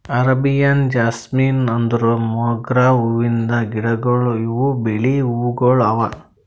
Arabian jasmine ಅಂದುರ್ ಮೊಗ್ರಾ ಹೂವಿಂದ್ ಗಿಡಗೊಳ್ ಇವು ಬಿಳಿ ಹೂವುಗೊಳ್ ಅವಾ